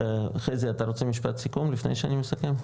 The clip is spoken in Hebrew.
חזי, אתה רוצה משפט סיכום, לפני שאני מסכם.